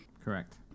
Correct